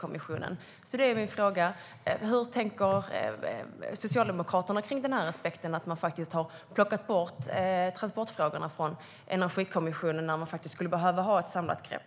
Min fråga är därför: Hur tänker Socialdemokraterna kring aspekten att man har plockat bort transportfrågorna från Energikommissionen när man faktiskt skulle behöva ha ett samlat grepp?